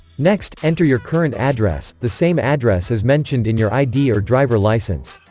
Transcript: next, enter your current address, the same address as mentioned in your id or driver license